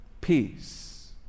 peace